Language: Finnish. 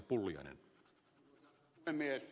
arvoisa puhemies